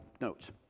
notes